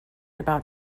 about